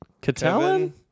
Catalan